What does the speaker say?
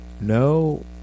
No